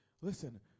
Listen